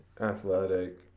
Athletic